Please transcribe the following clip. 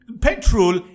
petrol